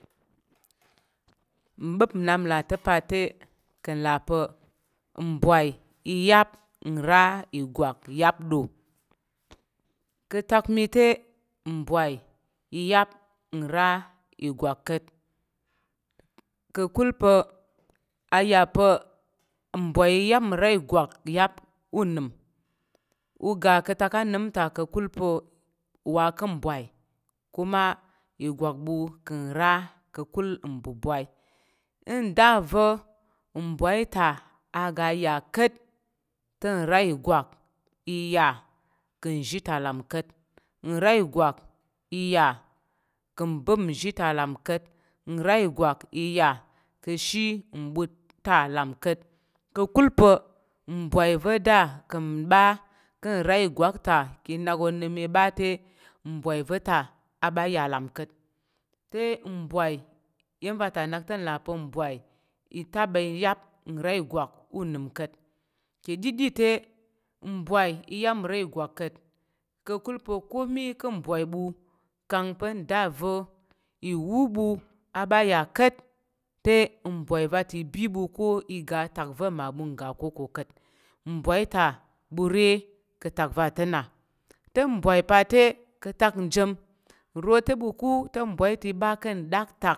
N ɓəp na là to pa̱ te ka̱ nla pa mbawai iyap nra igwak yap do ka̱ atak mi te nbwai iyap nra igwak ka̱t ka̱kul pa aya pa̱ nbwai iyam nra igwak yap unəm uga ka̱ atak anəm ta ka̱kul pa̱ uwa kan bwai kuma igwak bu kan ra kakul nbobwai ndave nbwai ta aga iya ka̱t təm nra ìgwak iya ka̱ nzhi ta le ka̱t nra ìgwak iya ka̱ bəp nzhi ta là n ka̱t nra ìgwak iya ka̱ shi mbut ta lam ka̱t ka̱kul pa̱ mbwai va̱ nda ka̱ ɓa ka̱ nra ìgwak ta ka̱ nak unəm i ɓa te mbwai va̱ ta a ɓa ya là ka̱t te mbwai iyen vata nak te nlà pa̱ mbwai i ta ba iyap nra ìgwak unəm ka̱t ka̱ ɗiɗi te mbwai iyap nra ìgwak ka̱t ka̱kul pa̱ komi ka̱ mbwai ɓu kang pa nda va̱ iwu ɓu a ɓa ya ka̱t te mbwai vata ibi ɓu ko iga atak va̱ mmaɓu ga ko ka̱t mbwai ta ɓu re ka̱tak va̱ta na te mbwai pa̱ te ka̱tak nji nro te ɓu ka̱ te mbwai ta ɓa ka̱ ndaktak.